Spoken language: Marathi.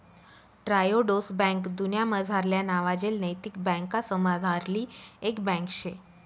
ट्रायोडोस बैंक दुन्यामझारल्या नावाजेल नैतिक बँकासमझारली एक बँक शे